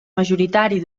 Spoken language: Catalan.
majoritari